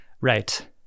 Right